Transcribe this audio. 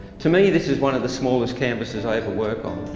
to me, this is one of the smallest canvases i ever work on.